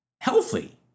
healthy